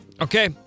Okay